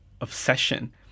obsession